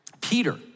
Peter